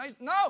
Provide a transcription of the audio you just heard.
no